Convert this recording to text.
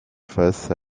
face